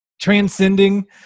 transcending